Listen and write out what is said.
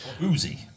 Boozy